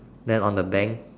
then on the bank